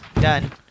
done